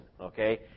okay